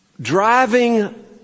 driving